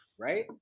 right